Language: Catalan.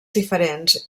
diferents